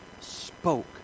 spoke